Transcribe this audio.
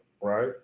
right